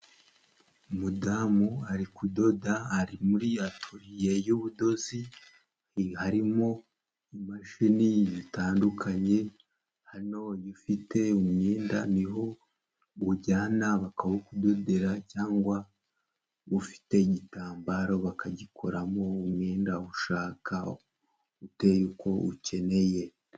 Umudamu ari kudoda ari muri atoliye y'ubudozi, harimo imashini zitandukanye, hano iyo ufite umwenda ni ho uwujyana bakawukudodera, cyangwa ufite igitambaro bakagikoramo umwenda ushaka uteye uko ukeneye.